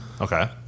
Okay